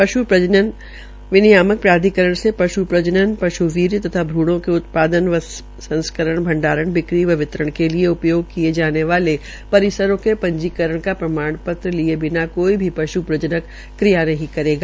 पश् प्रजनन विनियामक प्राधिककरण से पश् प्रजनन पश् वीर्य तथा भूणों के उत्पादन व संरक्षण भंडारण बिक्री तथा वितरण के लिये उपयोग किये जाने वाले परिसरों के पंजीकरण का प्रमाण लिये बिना कोई भी पश् प्रजनक क्रिया नहीं करेगा